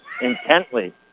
intently